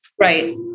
Right